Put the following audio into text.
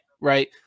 right